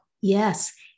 Yes